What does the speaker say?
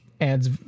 adds